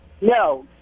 No